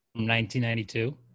1992